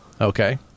Okay